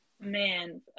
Man